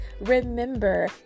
remember